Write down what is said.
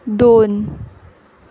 दोन